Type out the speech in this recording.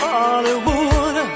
Hollywood